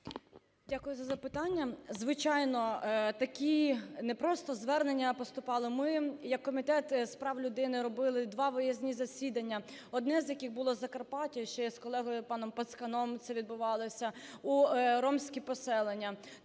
Дякую за запитання. Звичайно, такі не просто звернення поступали. Ми як Комітет з прав людини робили два виїзні засідання, одне з яких було в Закарпаття, ще з колегою паном Пацканом це відбувалося, у ромські поселення.